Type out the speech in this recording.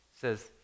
says